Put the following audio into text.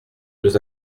deux